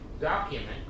document